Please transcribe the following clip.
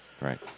Right